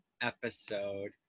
episode